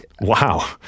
wow